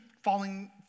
falling